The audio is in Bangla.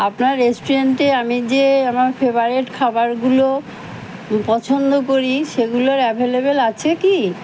আপনার রেস্টুরেন্টে আমি যে আমার ফেভারেট খাবারগুলো পছন্দ করি সেগুলোর অ্যাভেলেবেল আছে কি